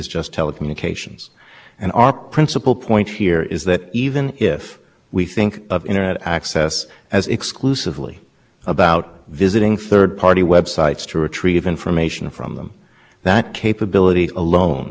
and our principle point here is that even if we think of internet access as exclusively about visiting third party websites to retrieve information from them that capability alone is a core information